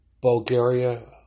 Bulgaria